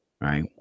right